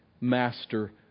master